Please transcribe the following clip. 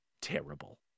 terrible